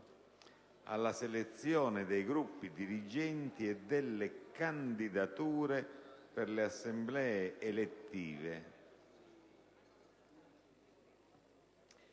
alla selezione dei gruppi dirigenti e delle candidature per le assemblee elettive».